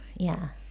ya